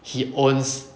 he owns